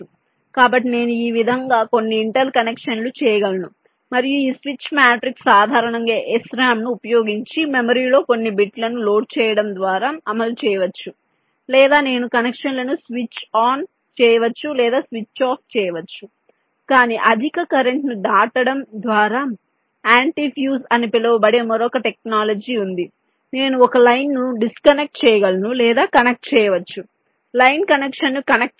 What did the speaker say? కాబట్టి నేను ఈ విధంగా కొన్ని ఇంటర్ కనెక్షన్లు చేయగలను మరియు ఈ స్విచ్ మ్యాట్రిక్స్ సాధారణంగా SRAM ను ఉపయోగించి మెమరీలో కొన్ని బిట్లను లోడ్ చేయడం ద్వారా అమలు చేయవచ్చు లేదా నేను కనెక్షన్లను స్విచ్ ఆన్ చేయవచ్చు లేదా స్విచ్ ఆఫ్ చేయవచ్చు కాని అధిక కరెంట్ను దాటడం ద్వారా యాంటీ ఫ్యూజ్ అని పిలువబడే మరొక టెక్నాలజీ ఉంది నేను ఒక లైన్ను డిస్కనెక్ట్ చేయవచ్చు లేదా కనెక్ట్ చేయవచ్చు లైన్ కనెక్షన్ను కనెక్ట్ చేస్తుంది